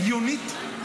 הגיונית,